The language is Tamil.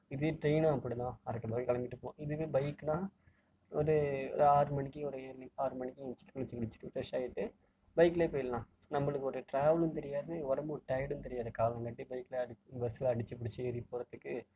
இதே ட்ரெயினும் அப்படி தான் அரக்க பறக்க கிளம்பிட்டுருப்போம் இதுவே பைக்குனால் ஒரு ஒரு ஆறு மணிக்கு ஒரு ஏழு மணிக்கு ஆறு மணிக்கு ஏழுந்ச்சி குளிச்சு கிளிச்சிட்டு ஃப்ரெஷ் ஆகிட்டு பைக்குலேயே போயிடலாம் நம்மளுக்கு ஒரு டிராவலும் தெரியாது உடம்பு டயர்டும் தெரியாது காலங்காட்டி பைக்கில் அடி பஸ்ஸில் அடித்து பிடுச்சு ஏறி போகிறதுக்கு